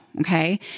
Okay